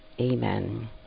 Amen